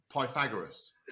Pythagoras